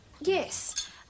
Yes